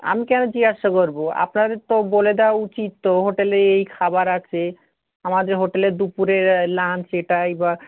আমি কেন জিজ্ঞাসা করবো আপনাদের তো বলে দেওয়া উচিত তো হোটেলে এই এই খাবার আছে আমাদের হোটেলের দুপুরে লাঞ্চ এটাই বা